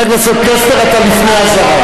זוכר שקיבלנו את אנגלה מרקל שהגיעה לפה,